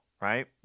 right